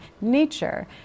nature